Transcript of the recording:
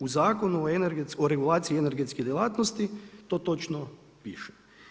U Zakonu o regulaciji energetske djelatnosti to točno piše.